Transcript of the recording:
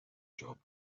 job